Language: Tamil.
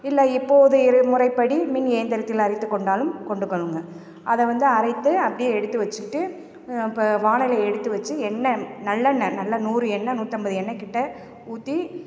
இல்லை இப்போது இரு முறைப்படி மின் இயந்திரத்தில் அரைத்துக் கொண்டாலும் கொண்டு கொள்ளுங்கள் அதை வந்து அரைத்து அப்படியே எடுத்து வச்சுக்கிட்டு இப்போ வாணலி எடுத்து வச்சு எண்ணெய் நல்லெண்ணய் நல்ல நூறு எண்ணெய் நூற்றைம்பது எண்ணெய்க்கிட்ட ஊற்றி